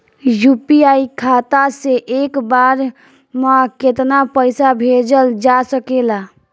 UPI खाता से एक बार म केतना पईसा भेजल जा सकेला?